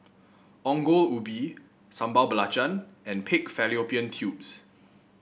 Ongol Ubi Sambal Belacan and Pig Fallopian Tubes